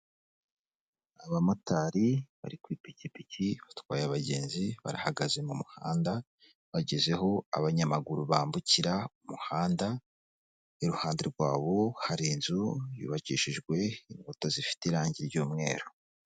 Abamotari bari ku ipikipiki batwaye abagenzi barahagaze mu muhanda, bageze aho abanyamaguru bambukira umuhanda, iruhande rwawo hari inzu yubakishijwe inkuta zifite irangi ry'umweru.